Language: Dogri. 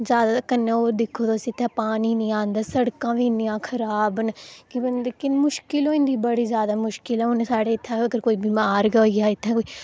जां ते कन्नै ओह् दिक्खो तुस पानी निं आंदा सड़कां बी इ'न्नियां खराब न की बंदे गी मुश्कल होई जंदी बड़ी जादै बड़ी जादै मुश्कल हुन साढ़े इत्थें तक्कर की कोई बमार गै होई जा